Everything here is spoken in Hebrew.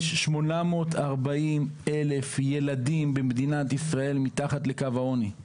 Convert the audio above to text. יש 840,000 ילדים במדינת ישראל מתחת לקו העוני.